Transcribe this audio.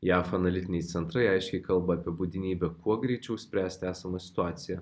jav analitiniai centrai aiškiai kalba apie būtinybę kuo greičiau spręsti esamą situaciją